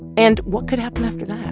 and what could happen after that?